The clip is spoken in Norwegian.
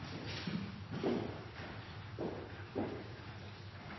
stol